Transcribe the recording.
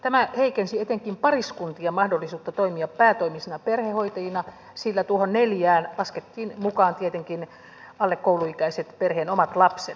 tämä heikensi etenkin pariskuntien mahdollisuutta toimia päätoimisina perhehoitajina sillä tuohon neljään laskettiin mukaan tietenkin alle kouluikäiset perheen omat lapset